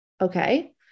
Okay